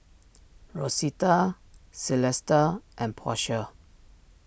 Rosita Celesta and Portia